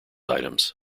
items